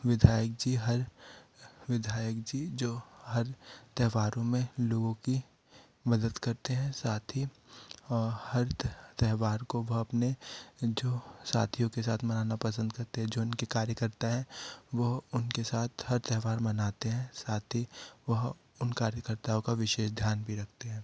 विधायक जी हर विधायक जी जो हर त्योहारों में लोगों की मदद करते हैं साथ ही और हर त्योहार को वह अपने जो साथियों के साथ मनाना पसंद करते हैं जो इनके कार्यकर्ता हैं वो उनके साथ हर त्योहार मनाते हैं साथ ही वह उन कार्यकर्ताओं का विशेष ध्यान भी रखते हैं